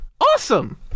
awesome